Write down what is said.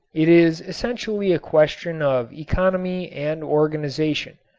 it is essentially a question of economy and organization.